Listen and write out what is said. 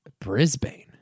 Brisbane